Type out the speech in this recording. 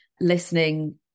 listening